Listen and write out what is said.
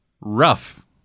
rough